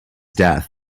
death